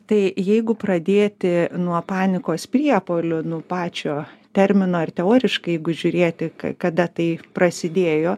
tai jeigu pradėti nuo panikos priepuolių nu pačio termino ir teoriškai žiūrėti ka kada tai prasidėjo